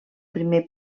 primer